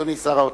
אדוני שר האוצר.